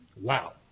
Wow